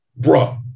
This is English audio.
bruh